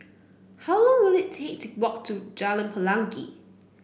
how long will it take to walk to Jalan Pelangi